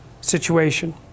situation